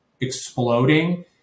exploding